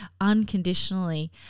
unconditionally